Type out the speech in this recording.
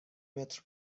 متر